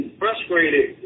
frustrated